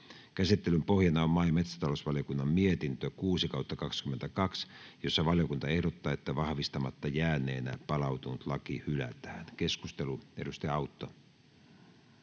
Käsittelyn pohjana on maa- ja metsätalousvaliokunnan mietintö MmVM 6/2022 vp, jossa valiokunta ehdottaa, että vahvistamatta jääneenä palautunut laki hylätään. — Keskustelu, edustaja Autto.